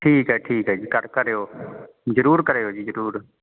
ਠੀਕ ਹੈ ਠੀਕ ਹੈ ਜੀ ਕਰ ਕਰਿਓ ਜ਼ਰੂਰ ਕਰਿਓ ਜੀ ਜ਼ਰੂਰ